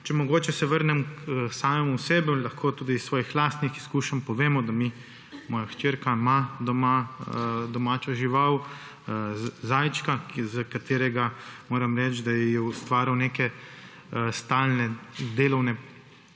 Če se vrnem k sebi, lahko tudi iz svojih lastnih izkušenj povem, da moja hčerka ima doma domačo žival, zajčka, za katerega moram reči, da ji je ustvaril neke stalne delovne